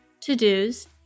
to-dos